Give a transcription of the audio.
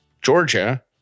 Georgia